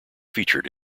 featured